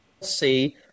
see